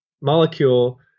molecule